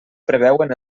preveuen